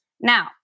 Now